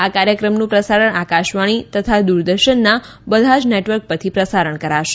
આ કાર્યક્રમનું પ્રસારણ આકાશવાણી તથા દૂરદર્શનના બધા જ નેટવર્ક પરથી કરાશે